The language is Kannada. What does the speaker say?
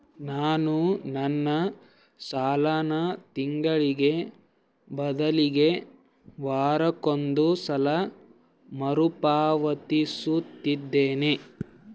ನಾನು ನನ್ನ ಸಾಲನ ತಿಂಗಳಿಗೆ ಬದಲಿಗೆ ವಾರಕ್ಕೊಂದು ಸಲ ಮರುಪಾವತಿಸುತ್ತಿದ್ದೇನೆ